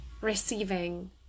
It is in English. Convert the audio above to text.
receiving